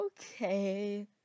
Okay